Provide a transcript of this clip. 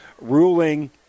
ruling